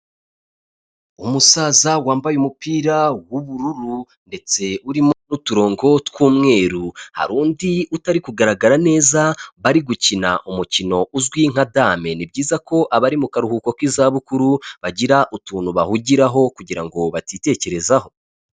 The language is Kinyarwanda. Umusaza wambaye umupira w'ubururu ndetse urimo n'uturongo tw'umweru, hari undi utari kugaragara neza bari gukina umukino uzwi nka dame, ni byiza ko abari mu karuhuko k'izabukuru bagira utuntu bahugiraho kugira ngo batitekerezaho.